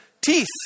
teeth